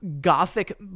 gothic